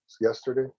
yesterday